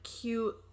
cute